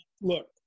look